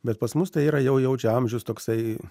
bet pas mus tai yra jau jau čia amžius toksai